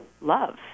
love